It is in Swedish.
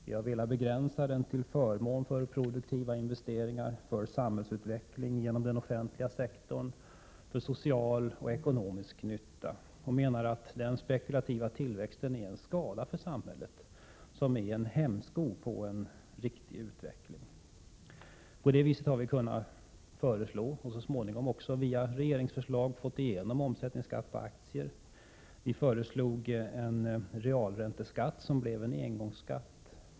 Vi har velat begränsa den till förmån för produktiva investeringar, samhällsutveckling genom den offentliga sektorn samt social och ekonomisk nytta. Vi menar att den spekulativa tillväxten är till skada för samhället. Den är en hämsko på en riktig utveckling. Vi har därmed kunnat föreslå och så småningom också, via regeringsförslag, få igenom en omsättningsskatt på aktier. Vi föreslog en realränteskatt som blev till en engångsskatt.